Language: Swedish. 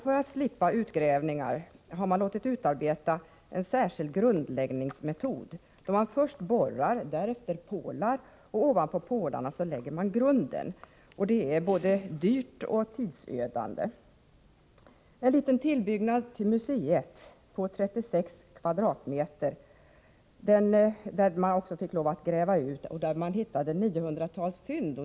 För att slippa utgrävningar har kommunen låtit utarbeta en särskild grundläggningsmetod, enligt vilken man först borrar, därefter pålar och sedan ovanpå pålarna lägger grunden. Det är både dyrt och tidsödande. Vid utgrävningar i samband med en tillbyggnad på 36 m? till museet hittades 900-talsfynd.